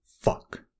Fuck